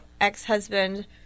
ex-husband